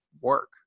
work